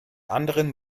anderen